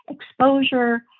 exposure